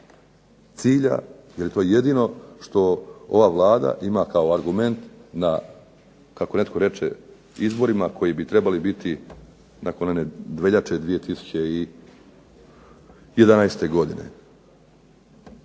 cilja, je li to jedino što ova Vlada ima kao argument na kako netko reče, izborima koji bi trebali biti nakon veljače 2011. godine.